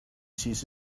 sees